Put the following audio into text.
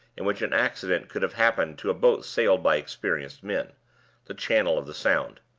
in which an accident could have happened to a boat sailed by experienced men the channel of the sound.